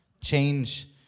change